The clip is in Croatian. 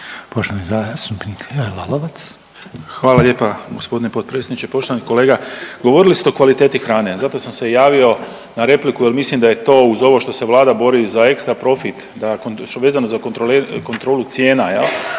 **Lalovac, Boris (SDP)** Hvala lijepa g. potpredsjedniče. Poštovani kolega, govorili ste o kvaliteti hrane, zato sam se i javio na repliku jer mislim da je to uz ovo što se Vlada bori za ekstra profit, da nakon, što je vezano za kontrolu cijena jel,